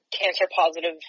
cancer-positive